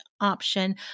option